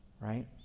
right